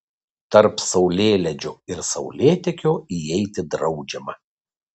tarp saulėlydžio ir saulėtekio įeiti draudžiama